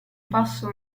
basso